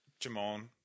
Jamone